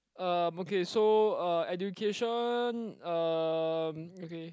um okay so uh education um okay